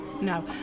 No